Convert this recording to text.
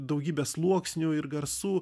daugybė sluoksnių ir garsų